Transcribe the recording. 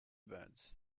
birds